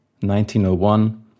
1901